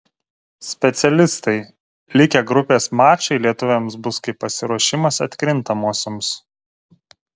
specialistai likę grupės mačai lietuviams bus kaip pasiruošimas atkrintamosioms